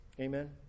Amen